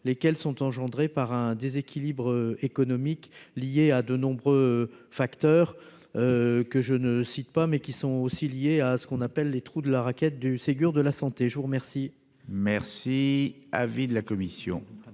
lesquels sont engendrés par un déséquilibre économique liée à de nombreux facteurs que je ne cite pas, mais qui sont aussi liées à à ce qu'on appelle les trous de la raquette du Ségur de la santé, je vous remercie. Merci. Avis de la commission